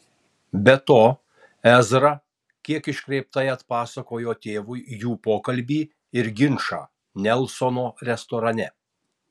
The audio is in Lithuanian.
be to ezra kiek iškreiptai atpasakojo tėvui jų pokalbį ir ginčą nelsono restorane